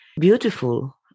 Beautiful